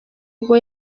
ubwo